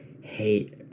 hate